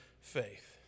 faith